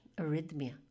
Arrhythmia